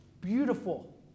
Beautiful